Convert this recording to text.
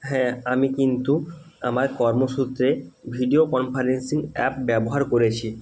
হ্যাঁ আমি কিন্তু আমার কর্মসূত্রে ভিডিও কনফারেন্সিং অ্যাপ ব্যবহার করেছি